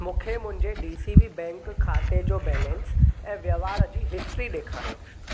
मूंखे मुंहिंजे D C B bank खाते जो बैलेंस ऐं वहिंवार जी हिस्ट्री ॾेखारियो